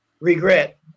regret